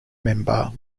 member